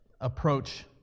approach